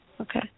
Okay